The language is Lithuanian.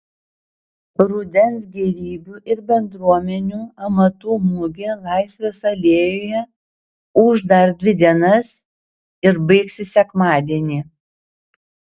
rudens gėrybių ir bendruomenių amatų mugė laisvės alėjoje ūš dar dvi dienas ir baigsis sekmadienį